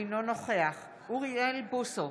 אינו נוכח אוריאל בוסו,